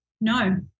No